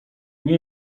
nie